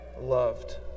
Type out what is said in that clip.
loved